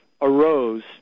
Arose